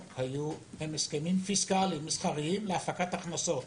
הם הסכמים פיסקליים מסחריים להפקת הכנסות,